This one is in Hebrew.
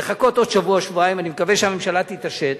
לחכות עוד שבוע-שבועיים, אני מקווה שהממשלה תתעשת,